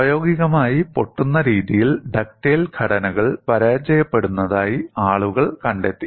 പ്രായോഗികമായി പൊട്ടുന്ന രീതിയിൽ ഡക്റ്റൈൽ ഘടനകൾ പരാജയപ്പെടുന്നതായി ആളുകൾ കണ്ടെത്തി